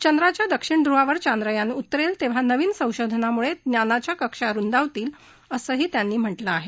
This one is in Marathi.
चंद्राच्या दक्षिण धुव्रावर चांद्रयान उतरेल तेव्हा नवीन संशोधनामुळे जानाच्या कक्षा रुंदावतील असंही त्यांनी म्हटलं आहे